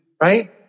right